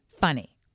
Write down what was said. funny